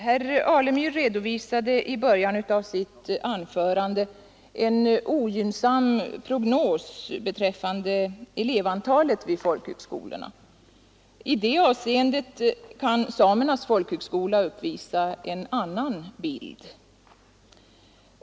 Herr talman! I början av sitt anförande redovisade herr Alemyr en ogynnsam prognos beträffande elevantalet vid folkhögskolorna. I det avseendet uppvisar Samernas folkhögskola en annan bild.